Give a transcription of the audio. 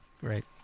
great